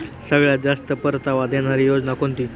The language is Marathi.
सगळ्यात जास्त परतावा देणारी योजना कोणती?